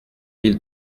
mille